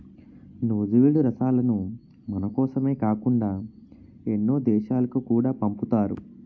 నూజివీడు రసాలను మనకోసమే కాకుండా ఎన్నో దేశాలకు కూడా పంపుతారు